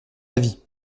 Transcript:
avis